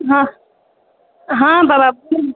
हँ हँ बाबा